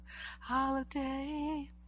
Holiday